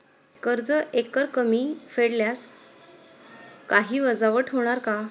कर्ज एकरकमी फेडल्यास काही वजावट होणार का?